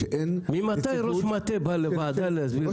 ממתי ראש מטה בא לוועדה להסביר?